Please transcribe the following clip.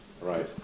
right